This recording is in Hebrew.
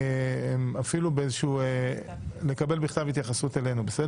נשמח לקבל התייחסות גם בכתב, אלינו.